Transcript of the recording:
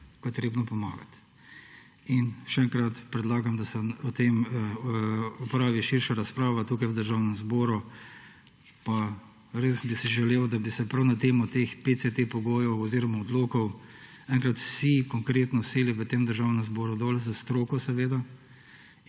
potrebno je pomagati. Še enkrat: predlagam, da se o tem opravi širša razprava tukaj v Državnem zboru. Res bi si želel, da bi se prav na temo teh PCT pogojev oziroma odlokov enkrat vsi konkretno usedli v Državnem zboru, seveda